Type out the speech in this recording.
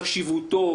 חשיבותו,